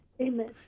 Amen